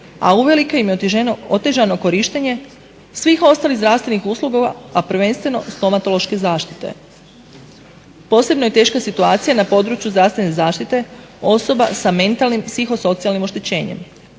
a uvelike im je otežano korištenje svih ostalih zdravstvenih usluga, a prvenstveno stomatološke zaštite. Posebno je teška situacija na području zdravstvene zaštite osoba sa mentalnim psihosocijalnim oštećenjem.